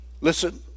Listen